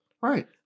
Right